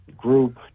group